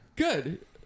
Good